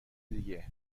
دیگه